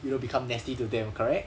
you'll become nasty to them correct